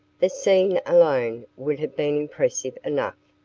the scene alone would have been impressive enough,